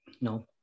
No